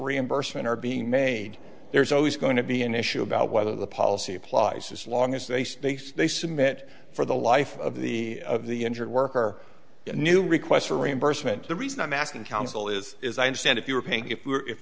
reimbursement are being made there's always going to be an issue about whether the policy applies as long as they space they submit for the life of the of the injured worker a new request for reimbursement the reason i'm asking counsel is is i understand if you were paying if